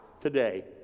today